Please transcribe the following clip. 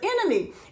enemy